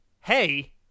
hey